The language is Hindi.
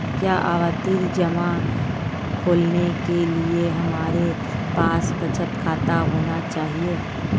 क्या आवर्ती जमा खोलने के लिए हमारे पास बचत खाता होना चाहिए?